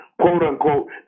quote-unquote